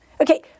Okay